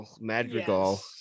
madrigal